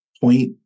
point